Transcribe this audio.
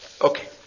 Okay